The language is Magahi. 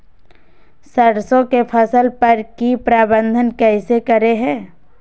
सरसों की फसल पर की प्रबंधन कैसे करें हैय?